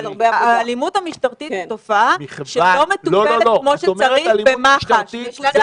אבל האלימות המשטרתית היא תופעה שלא מטופלת כפי שצריך במח"ש.